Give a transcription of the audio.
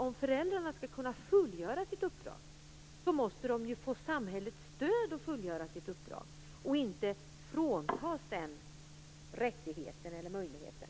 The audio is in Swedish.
Om föräldrarna skall kunna fullgöra sitt uppdrag, måste de ju få samhällets stöd att fullgöra sitt uppdrag och inte fråntas den möjligheten.